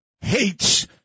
hates